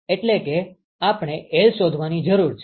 એટલે કે આપણે L શોધવાની જરૂર છે